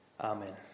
Amen